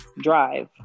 drive